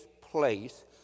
place